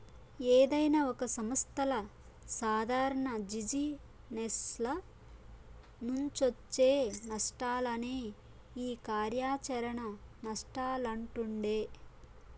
ఏదైనా ఒక సంస్థల సాదారణ జిజినెస్ల నుంచొచ్చే నష్టాలనే ఈ కార్యాచరణ నష్టాలంటుండె